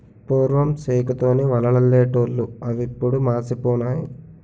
పూర్వం సేకు తోని వలలల్లెటూళ్లు అవిప్పుడు మాసిపోనాయి